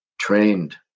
Trained